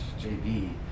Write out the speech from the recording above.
JB